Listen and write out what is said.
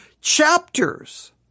chapters